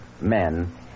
Men